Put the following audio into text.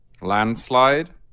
Landslide